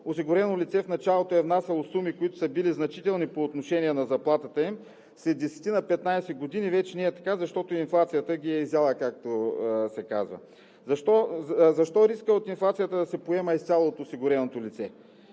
осигурено лице в началото е внасяло суми, които са били значителни по отношение на заплатата им, след десетина-петнадесет години вече не е така, защото инфлацията ги е изяла, както се казва. Защо рискът от инфлацията да се поема изцяло от осигуреното лице,